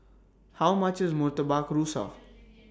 How much IS Murtabak Rusa